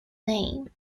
name